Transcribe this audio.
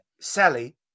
Sally